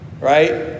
right